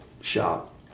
shop